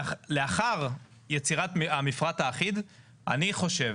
לאחר יצירת המפרט האחיד אני חושב,